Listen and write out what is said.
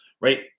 right